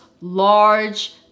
large